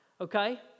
Okay